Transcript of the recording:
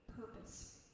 purpose